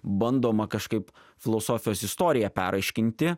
bandoma kažkaip filosofijos istoriją peraiškinti